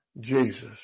Jesus